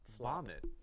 vomit